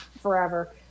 forever